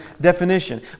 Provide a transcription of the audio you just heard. definition